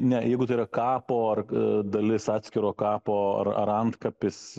ne jeigu tai yra kapo ar dalis atskiro kapo ar ar antkapis